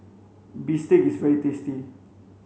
bistake is very tasty